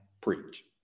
preach